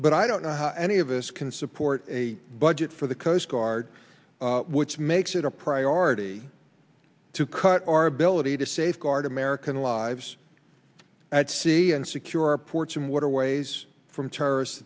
but i don't know how any of us can support a budget for the coast guard which makes it a priority to cut our ability to safeguard american lives at sea and secure our ports and waterways from terrorist